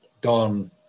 Don